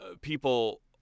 people